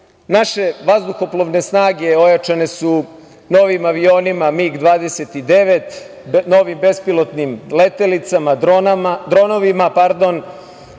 vazduhoplovne snage ojačane su novim avionima MiG-29, novim bespilotnim letelicama, dronovima, naše